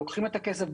לוקחים את הכסף,